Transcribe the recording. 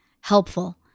helpful